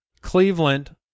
Cleveland